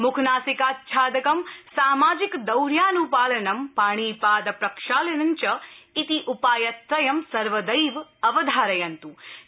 मुखनासिकाच्छादकं सामाजिकदौर्यान्पालनं पाणिपाद प्रक्षालनञ्च इति उपायत्रयं सर्वदक्त अवधारयन्त्